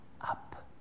up